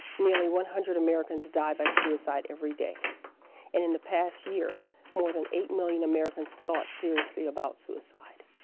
nearly one hundred americans die by suicide every day, and in the past year more than eight million americans thought seriously about suicide.